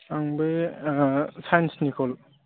आंबो साइन्सनिखौ